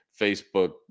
Facebook